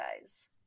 guys